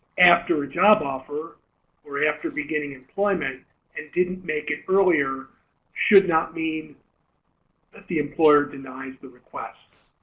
after a job offer or after beginning employment and didn't make it earlier should not mean that the employer denies the request